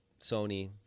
Sony